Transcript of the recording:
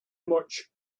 much